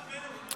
מה קורה לכם?